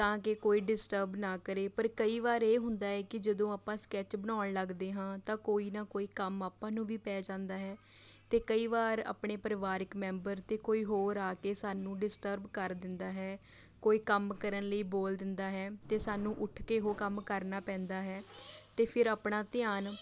ਤਾਂ ਕਿ ਕੋਈ ਡਿਸਟਰਬ ਨਾ ਕਰੇ ਪਰ ਕਈ ਵਾਰ ਇਹ ਹੁੰਦਾ ਹੈ ਕਿ ਜਦੋਂ ਆਪਾਂ ਸਕੈੱਚ ਬਣਾਉਣ ਲੱਗਦੇ ਹਾਂ ਤਾਂ ਕੋਈ ਨਾ ਕੋਈ ਕੰਮ ਆਪਾਂ ਨੂੰ ਵੀ ਪੈ ਜਾਂਦਾ ਹੈ ਅਤੇ ਕਈ ਵਾਰ ਆਪਣੇ ਪਰਿਵਾਰਕ ਮੈਂਬਰ ਅਤੇ ਕੋਈ ਹੋਰ ਆ ਕੇ ਸਾਨੂੰ ਡਿਸਟਰਬ ਕਰ ਦਿੰਦਾ ਹੈ ਕੋਈ ਕੰਮ ਕਰਨ ਲਈ ਬੋਲ ਦਿੰਦਾ ਹੈ ਅਤੇ ਸਾਨੂੰ ਉੱਠ ਕੇ ਉਹ ਕੰਮ ਕਰਨਾ ਪੈਂਦਾ ਹੈ ਅਤੇ ਫਿਰ ਆਪਣਾ ਧਿਆਨ